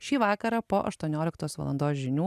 šį vakarą po aštuonioliktos valandos žinių